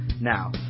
Now